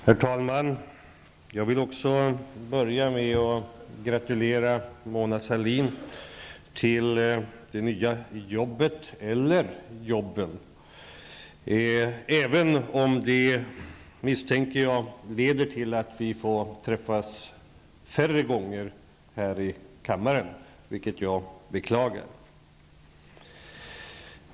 Herr talman! Också jag vill börja med att gratulera Mona Sahlin till det nya jobbet eller jobben, även om jag misstänker att det leder till att vi får träffas färre gånger här i kammaren, vilket jag beklagar.